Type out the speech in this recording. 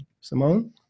Simone